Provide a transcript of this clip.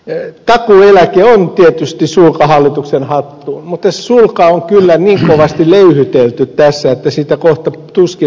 takuueläke on tietysti sulka hallituksen hattuun mutta se sulka on kyllä niin kovasti löyhytelty tässä että siitä kohta tuskin on mitään jäljellä